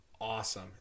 awesome